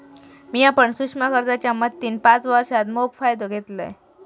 मिया पण सूक्ष्म कर्जाच्या मदतीन पाच वर्षांत मोप फायदो घेतलंय